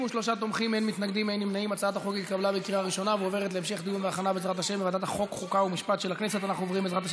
9), התשע"ח 2018, לוועדת החוקה, חוק ומשפט נתקבלה.